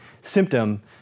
symptom